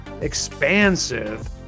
expansive